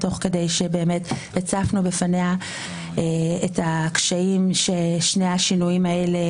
תוך כדי שבאמת הצפנו בפניה את הקשיים ששני השינויים האלה